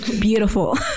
beautiful